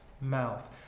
mouth